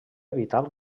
vital